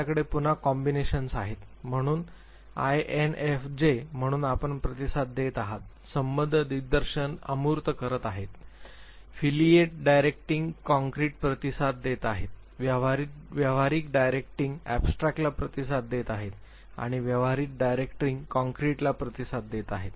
आपल्याकडे पुन्हा कॉम्बिनेशन्स आहेत म्हणून आयएनएफजे म्हणून आपण प्रतिसाद देत आहात संबद्ध दिग्दर्शन अमूर्त करत आहेत iateफिलिएट डायरेक्टिंग कंक्रीटला प्रतिसाद देत आहेत व्यावहारिक डायरेक्टिंग अॅबस्ट्रॅक्टला प्रतिसाद देत आहेत आणि व्यावहारिक डायरेक्टिंग कंक्रीटला प्रतिसाद देत आहेत